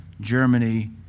Germany